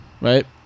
right